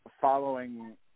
following